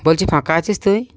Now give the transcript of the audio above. বলছি ফাঁকা আছিস তুই